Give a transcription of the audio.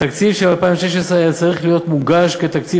התקציב של 2016 היה צריך להיות מוגש כתקציב